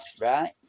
right